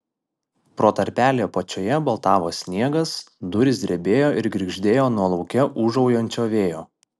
pro tarpelį apačioje baltavo sniegas durys drebėjo ir girgždėjo nuo lauke ūžaujančio vėjo